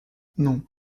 non